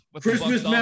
Christmas